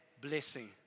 blessing